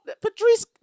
Patrice